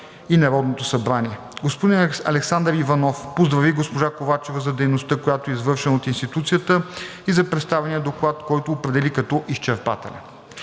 и Народното събрание. Господин Александър Иванов поздрави госпожа Ковачева за дейността, която е извършена от институцията, и за представения доклад, който определи като изчерпателен.